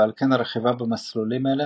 ועל כן הרכיבה במסלולים אלו,